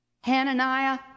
Hananiah